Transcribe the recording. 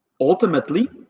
ultimately